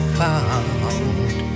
found